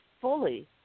fully